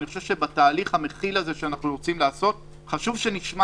אני חושב שבתהליך המכיל הזה שאנחנו רוצים לעשות חשוב שנשמע